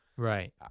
Right